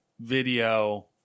video